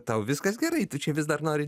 tau viskas gerai tu čia vis dar nori